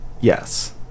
Yes